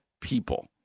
people